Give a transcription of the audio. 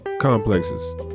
Complexes